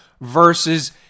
versus